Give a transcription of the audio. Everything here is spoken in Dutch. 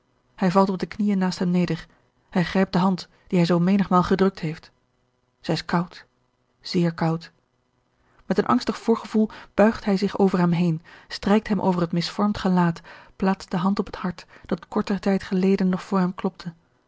hij valt op de knieën naast hem neder hij grijpt de hand die hij zoo menigmaal gedrukt heeft zij is koud zeer koud met een angstig voorgevoel buigt hij zich over hem heen strijkt hem over het misvormd gelaat plaatst de hand op het hart dat korten tijd geleden nog voor hem klopte